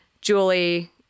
Julie